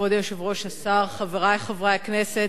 כבוד היושב-ראש, השר, חברי חברי הכנסת,